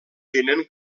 tenen